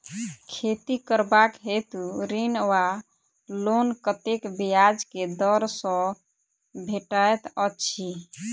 खेती करबाक हेतु ऋण वा लोन कतेक ब्याज केँ दर सँ भेटैत अछि?